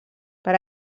per